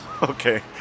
Okay